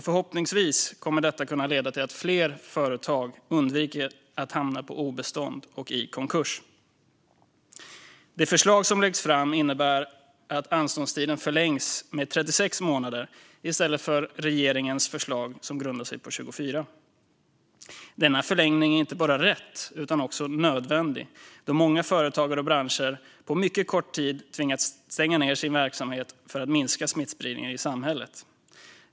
Förhoppningsvis kommer det att kunna leda till att fler företag undviker att hamna på obestånd och i konkurs. Det förslag som läggs fram innebär att anståndstiden förlängs med 36 månader i stället för 24 månader, som regeringens förslag grundar sig på. Denna förlängning är inte bara rätt utan också nödvändig, då många företagare och branscher på mycket kort tid tvingats stänga ned sin verksamhet för att minska smittspridningen i samhället.